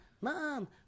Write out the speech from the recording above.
mom